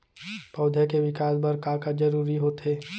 पौधे के विकास बर का का जरूरी होथे?